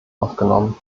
aufgenommen